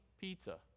pizza